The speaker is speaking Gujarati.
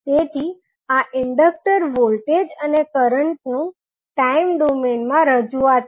તેથી આ ઇન્ડક્ટરક્ટર વોલ્ટેજ અને કરંટ નું ટાઇમ ડોમેઇન માં રજૂઆત છે